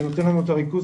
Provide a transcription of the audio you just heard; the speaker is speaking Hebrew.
זה נותן לנו את הריכוז